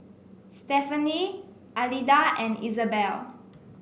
Stefani Alida and Isabel